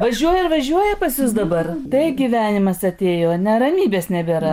važiuoja ir važiuoja pas jus dabar tai gyvenimas atėjo ane ramybės nebėra